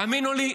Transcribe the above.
האמינו לי,